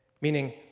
Meaning